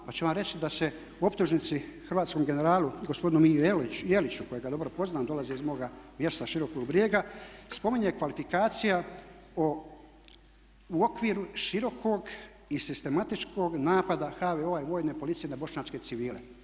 Pa ću vam reći da se u optužnici hrvatskom generalu gospodinu Miji Jeliću kojega dobro poznajem, dolazi iz moga mjesta Širokog Brijega, spominje kvalifikacija u okviru širokog i sistematičnog napada HVO-a i Vojne policije na bošnjačke civile.